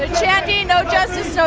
and chanting, no justice, so